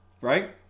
right